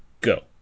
go